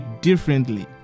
differently